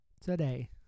today